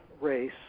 race